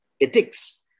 ethics